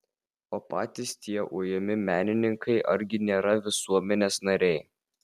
o patys tie ujami menininkai argi nėra irgi visuomenės nariai